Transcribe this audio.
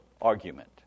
argument